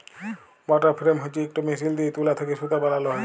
water frame হছে ইকট machine দিঁয়ে তুলা থ্যাকে সুতা বালাল হ্যয়